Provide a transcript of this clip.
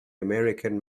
american